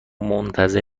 منتظر